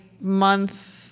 month